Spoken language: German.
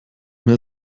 mehr